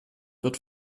wird